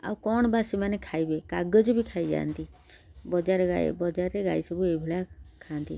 ଆଉ କ'ଣ ବା ସେମାନେ ଖାଇବେ କାଗଜ ବି ଖାଇଯାଆନ୍ତି ଗାଈ ବଜାରରେ ଗାଈ ସବୁ ଏଇଭଳିଆ ଖାଆନ୍ତି